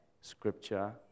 Scripture